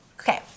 Okay